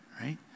right